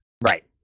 right